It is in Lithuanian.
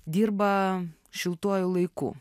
dirba šiltuoju laiku